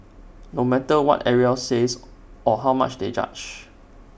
no matter what everyone else says or how much they judge